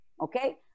okay